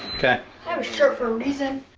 okay. i have a shirt for a reason